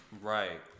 Right